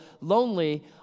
lonely